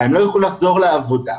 לחזור לעבודה,